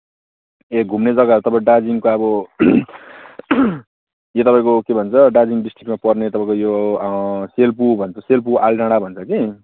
ए घुम्ने जगाहरू तपाईँ दार्जिलिङको अब यो तपाईँको के भन्छ दार्जिलिङ डिस्ट्रिक्टमा पर्ने तपाईँको यो सेल्पु भन्छ सेल्पु आलडाँडा भन्छ कि